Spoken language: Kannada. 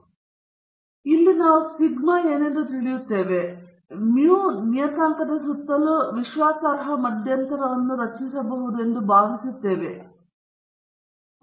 ಆದ್ದರಿಂದ ಇಲ್ಲಿ ನಾವು ಸಿಗ್ಮಾ ನಮಗೆ ತಿಳಿದಿದೆ ಮತ್ತು ನಂತರ ನಾವು ಮೌಮಿ ನಿಯತಾಂಕದ ಸುತ್ತಲೂ ವಿಶ್ವಾಸಾರ್ಹ ಮಧ್ಯಂತರವನ್ನು ರಚಿಸಬಹುದು ಎಂದು ಭಾವಿಸುತ್ತೇವೆ ಜನಸಂಖ್ಯೆಯು ಸರಿಯೇ